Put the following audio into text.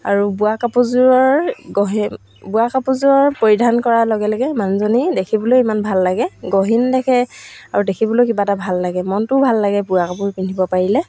আৰু বোৱা কাপোৰযোৰৰ গহী বোৱা কাপোৰযোৰৰ পৰিধান কৰাৰ লগে লগে মানুহজনী দেখিবলৈ ইমান ভাল লাগে গহীন দেখে আৰু দেখিবলৈ কিবা এটা ভাল লাগে মনটোও ভাল লাগে বোৱা কাপোৰ পিন্ধিব পাৰিলে